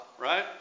right